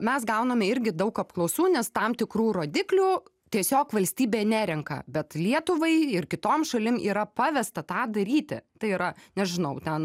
mes gauname irgi daug apklausų nes tam tikrų rodiklių tiesiog valstybė nerenka bet lietuvai ir kitom šalim yra pavesta tą daryti tai yra nežinau ten